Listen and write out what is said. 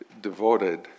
Devoted